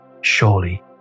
surely